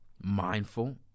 mindful